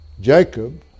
Jacob